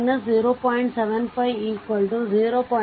75 0